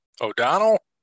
O'Donnell